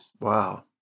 Wow